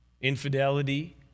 infidelity